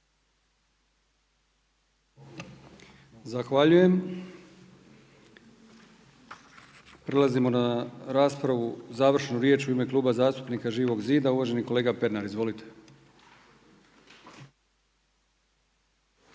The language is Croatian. Zahvaljujem. Prelazimo na raspravu, završnu riječ u ime Kluba zastupnika Živog zida, uvaženi kolega Pernar. Izvolite.